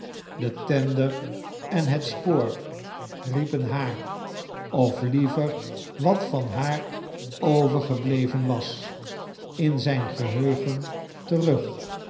de tender en het spoor riepen haar of liever wat van haar overgebleven was in zijn geheugen terug